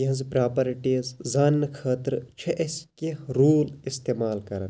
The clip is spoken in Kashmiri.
یِہٕنٛز پراپرٹیٖز زاننہٕ خٲطرٕ چھِ أسۍ کینٛہہ روٗل اِستِمال کَران